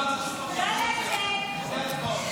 לוועדת הכלכלה נתקבלה.